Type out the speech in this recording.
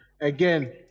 again